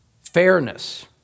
Fairness